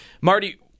Marty